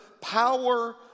power